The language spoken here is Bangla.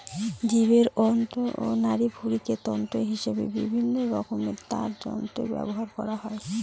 জীবের অন্ত্র ও নাড়িভুঁড়িকে তন্তু হিসেবে বিভিন্নরকমের তারযন্ত্রে ব্যবহার করা হয়